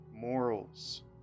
morals